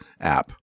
app